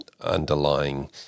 underlying